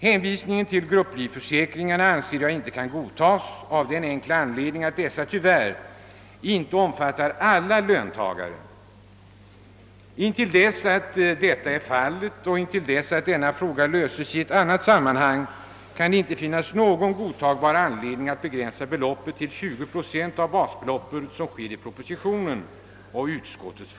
Hänvisningen till grupplivförsäkringarna anser jag inte kan godtas av den enkla anledningen, att dessa tyvärr inte omfattar alla löntagare. Intill dess att detta är fallet och intill dess att denna fråga lösts i annat sammanhang, kan det inte finnas någon godtagbar anledning att — såsom sker i propositionen och utskottets förslag — begränsa beloppet till 20 procent av basbeloppet.